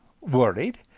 worried